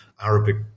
Arabic